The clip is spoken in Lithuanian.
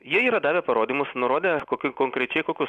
jie yra davę parodymus nurodė kokių konkrečiai kokius